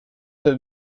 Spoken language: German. der